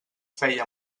feia